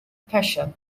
pressure